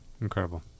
incredible